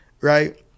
right